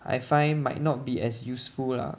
I find might not be as useful lah